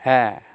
হ্যাঁ